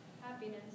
happiness